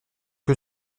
que